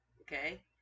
Okay